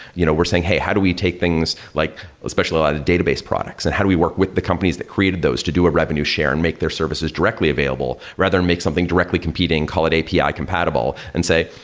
you know we're saying, hey, how do we take things, like especially a lot of database products. and how do we work with the companies that created those to do a revenue share and make their services directly available rather than make something directly competing, call it api compatible and say,